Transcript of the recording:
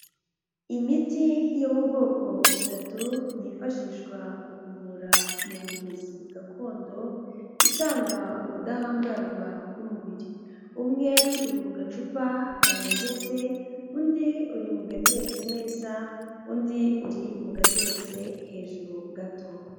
Imiti yo mu bwoko butatu yifashishwa mu kuvura mu buvuzi gakondo, itanga ubudahangarwa bw'umubiri, umwe uri mu gacupa gahengetse, undi uri mu gateretse neza, undi uri mu gateretse hejuru gato.